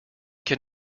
can